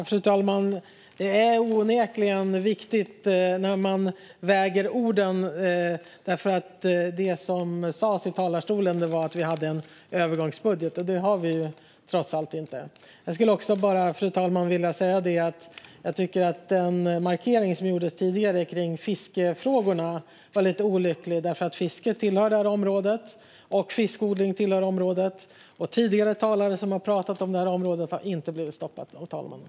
Fru talman! Det är onekligen viktigt att väga orden. Det som sas i talarstolen var nämligen att vi har en övergångsbudget, och det har vi, trots allt, inte. Jag skulle också, fru talman, vilja säga att jag tycker att den markering som gjordes tidigare kring fiskefrågorna var lite olycklig, för fiske och fiskodling tillhör det här området. Och tidigare talare som har pratat om detta område har inte blivit stoppade av talmannen.